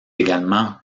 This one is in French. également